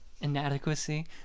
inadequacy